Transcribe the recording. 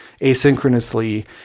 asynchronously